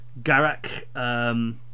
Garak